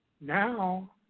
Now